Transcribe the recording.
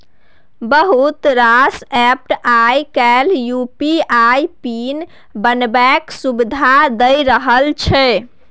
बहुत रास एप्प आइ काल्हि यु.पी.आइ पिन बनेबाक सुविधा दए रहल छै